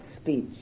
speech